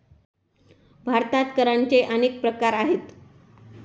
भारतात करांचे अनेक प्रकार आहेत